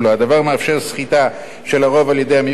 הדבר מאפשר סחיטה של הרוב על-ידי המיעוט,